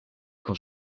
quand